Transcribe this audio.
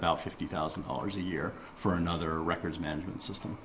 about fifty thousand dollars a year for another records management system